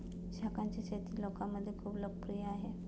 शंखांची शेती लोकांमध्ये खूप लोकप्रिय आहे